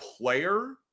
player